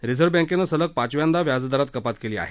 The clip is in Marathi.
रिझर्व्ह बँकेनं सलग पाचव्यांदा व्याजदरात कपात केली आहे